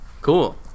cool